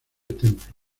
templo